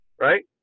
Right